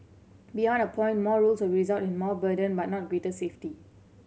beyond a point more rules will result in more burden but not greater safety